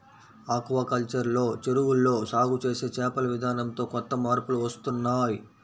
aquaculture లో చెరువుల్లో సాగు చేసే చేపల విధానంతో కొత్త మార్పులు వస్తున్నాయ్